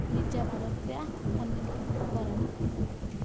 ଲିଚା ପାରତ୍ୟା ଅନିମା ବରାଡ଼